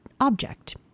object